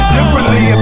Differently